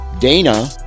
Dana